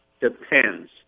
depends